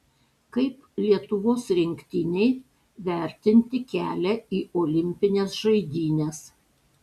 kaip lietuvos rinktinei vertinti kelią į olimpines žaidynes